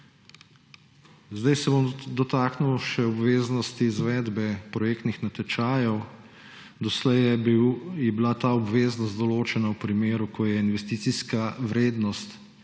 se bom še obveznosti izvedbe projektnih natečajev. Doslej je bila ta obveznost določena v primeru, ko je investicijska vrednost